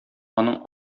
аның